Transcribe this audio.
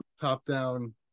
top-down